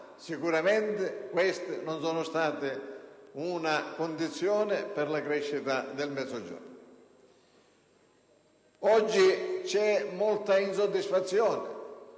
sicuramente non hanno rappresentato una condizione per la crescita del Mezzogiorno. Oggi c'è molta insoddisfazione,